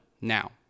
Now